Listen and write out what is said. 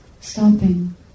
stopping